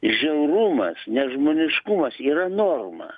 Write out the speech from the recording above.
žiaurumas nežmoniškumas yra norma